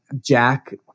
Jack